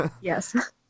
yes